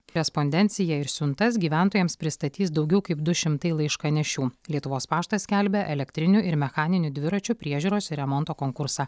respondenciją ir siuntas gyventojams pristatys daugiau kaip du šimtai laiškanešių lietuvos paštas skelbia elektrinių ir mechaninių dviračių priežiūros ir remonto konkursą